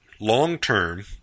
long-term